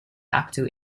capital